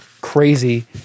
crazy